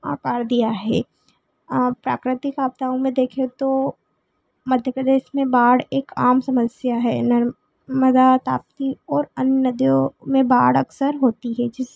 अपार दिया है आप प्राकृतिक आपदाओं में देखें तो मध्य प्रदेश में बाढ़ एक आम समस्या है नर्मदा ताप्ती और अन्य नदियों में बाढ़ अक्सर होती है जिससे